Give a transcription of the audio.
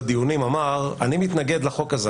שהוא מתנגד לחוק הזה.